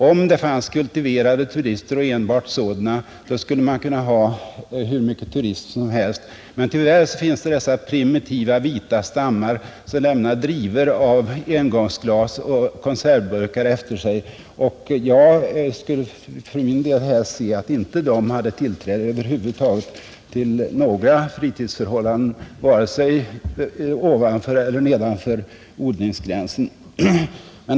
Om det fanns enbart kultiverade turister skulle man kunna ha hur många turister som helst där, men tyvärr finns det dessa primitiva vita stammar som lämnar drivor av engångsglas och konservburkar efter sig. Jag skulle för min del helst se att de över huvud taget inte hade tillträde till några fritidsområden vare sig ovanför eller nedanför odlingsgränsen.